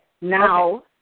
Now